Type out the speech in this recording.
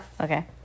Okay